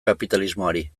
kapitalismoari